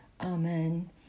Amen